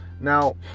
Now